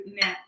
net